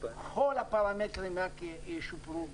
כל הפרמטרים רק ישופרו.